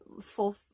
full